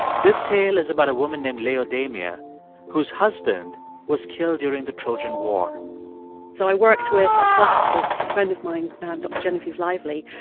this tale is about a woman named laodamia whose husband was killed during the trojan war so i worked with a classicist, a friend of mine, dr. genevieve liveley.